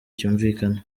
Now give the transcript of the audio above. cyumvikana